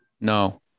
No